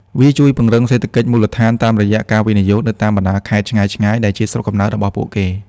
វាជួយពង្រឹង "សេដ្ឋកិច្ចមូលដ្ឋាន" តាមរយៈការវិនិយោគនៅតាមបណ្ដាខេត្តឆ្ងាយៗដែលជាស្រុកកំណើតរបស់ពួកគេ។